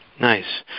Nice